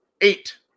eight